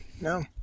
No